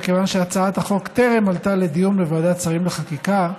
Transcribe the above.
וכיוון שהצעת החוק טרם עלתה לדיון בוועדת שרים לחקיקה,